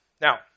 Now